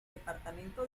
departamento